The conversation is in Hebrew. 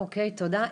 אוקיי תודה.